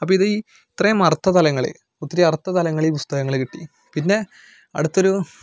അപ്പം ഇത് ഈ ഇത്രയും അർത്ഥതലങ്ങളെ ഒത്തിരി അർത്ഥതലങ്ങൾ ഈ പുസ്തകത്തിനു കിട്ടി പിന്നെ അടുത്തൊരു